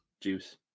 juice